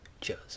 Cheers